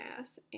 ass